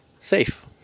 safe